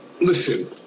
Listen